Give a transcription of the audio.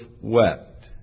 wept